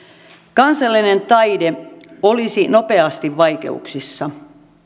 kansallinen taide olisi nopeasti vaikeuksissa